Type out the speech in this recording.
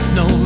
no